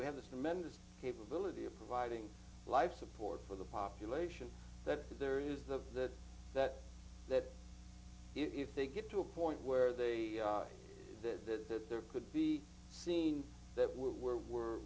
we have this tremendous capability of providing life support for the population that there is the that that if they get to a point where they did that that there could be seen that we're we're we're